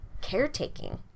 caretaking